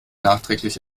nachträglich